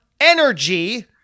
energy